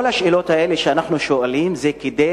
כל השאלות האלה שאנחנו שואלים זה כדי